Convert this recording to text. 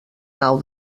nau